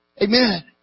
Amen